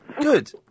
Good